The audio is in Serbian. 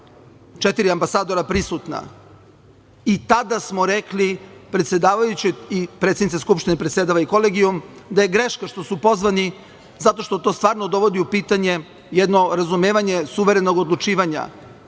četiri ambasadora, i tada smo rekli predsedavajućoj, predsednica Skupštine predsedava kolegijumom, da je greška što su pozvani, zato što to stvarno dovodi u pitanje jedno razumevanje suverenog odlučivanja